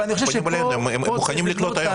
הם מוכנים לקלוט היום.